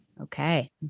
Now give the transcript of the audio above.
Okay